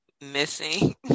missing